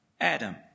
Adam